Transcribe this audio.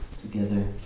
together